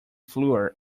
flour